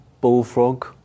Bullfrog